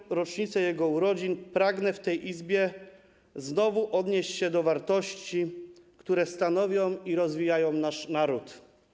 W 100. rocznicę jego urodzin pragnę w tej Izbie znowu odnieść się do wartości, które stanowią i rozwijają nasz naród.